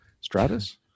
Stratus